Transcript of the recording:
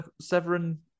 Severin